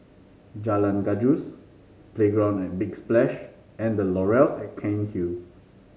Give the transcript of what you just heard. Jalan Gajus Playground at Big Splash and The Laurels at Cairnhill